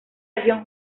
región